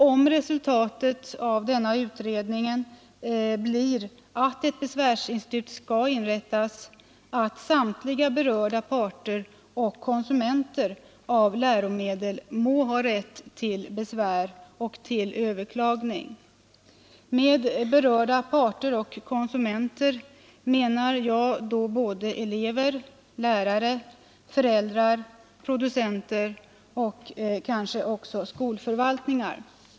Om resultatet av denna utredning blir att ett besvärsinstitut skall inrättas, så måste det förutsättas att samtliga berörda parter och konsumenter av läromedel får rätt till besvär och överklagande. Med ”berörda parter och konsumenter” menar jag då såväl elever som lärare, föräldrar och producenter, kanske också skolförvaltningar.